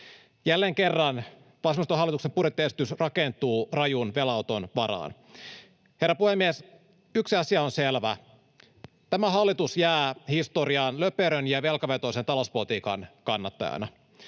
Jälleen kerran vasemmistohallituksen budjettiesitys rakentuu rajun velanoton varaan. Herra puhemies! Yksi asia on selvä: tämä hallitus jää historiaan löperön ja velkavetoisen talouspolitiikan kannattajana.